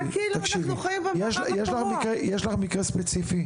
יש לי פה פוסט מאתמול של בת של מטופלת,